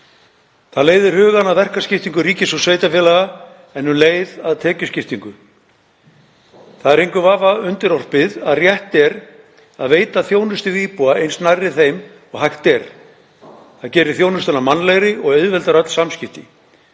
Það leiðir hugann að verkaskiptingu ríkis og sveitarfélaga en um leið að tekjuskiptingu. Það er engum vafa undirorpið að rétt er að veita þjónustu við íbúa eins nærri þeim og hægt er. Það gerir þjónustuna mannlegri og auðveldar öll samskipti.